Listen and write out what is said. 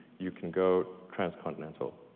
you can go trans-continental.